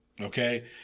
okay